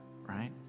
right